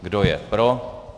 Kdo je pro?